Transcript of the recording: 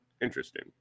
interesting